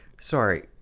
sorry